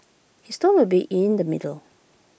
his tone will be in the middle